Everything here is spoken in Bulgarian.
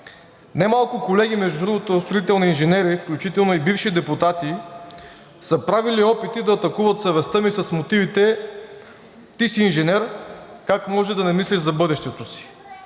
Немалко колеги, между другото строителни инженери, включително и бивши депутати са правили опити да атакуват съвестта ми с думите: „Ти си инженер, как може да не мислиш за бъдещето си?“